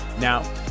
Now